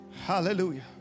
Hallelujah